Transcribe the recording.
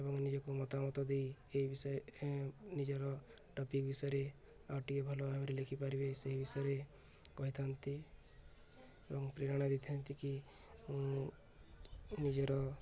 ଏବଂ ନିଜକୁ ମତାମତ ଦେଇ ଏ ବିଷୟ ନିଜର ଟପିକ୍ ବିଷୟରେ ଆଉ ଟିକେ ଭଲ ଭାବରେ ଲେଖିପାରିବେ ସେହି ବିଷୟରେ କହିଥାନ୍ତି ଏବଂ ପ୍ରେରଣା ଦେଇଥାନ୍ତି କି ମୁଁ ନିଜର